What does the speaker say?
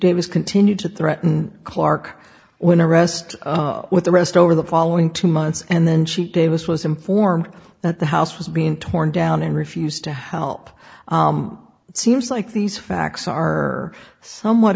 davis continued to threaten clark when arrest with the rest over the following two months and then she davis was informed that the house was being torn down and refused to help it seems like these facts are somewhat